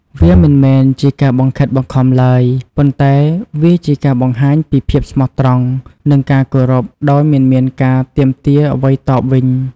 វាមិនមែនជាការបង្ខិតបង្ខំឡើយ ប៉ុន្តែវាជាការបង្ហាញពីភាពស្មោះត្រង់និងការគោរពដោយមិនមានការទាមទារអ្វីតបវិញ។